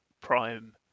prime